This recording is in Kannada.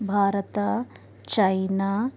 ಭಾರತ ಚೈನಾ